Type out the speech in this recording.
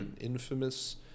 Infamous